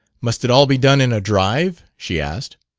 must it all be done in a drive? she asked.